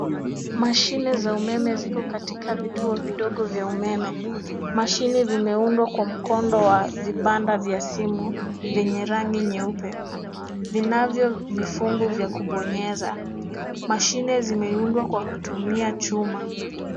Mashine za umeme ziko katika vituo vidogo vya umeme. Mashine vimeundwa kwa mkondo wa vibanda vya simu venye rangi nyeupe, vinavyo vifungu vya kubonyeza. Mashine zimeundwa kwa kutumia chuma.